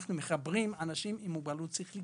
אנחנו מחברים אנשים עם מוגבלות שכלית